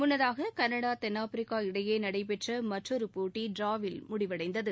முன்னதாக கனடா தென்னாப்பிரிக்கா இடையே நடைபெற்ற மற்றொரு போட்டி டிராவில் முடிவடைந்தது